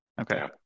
Okay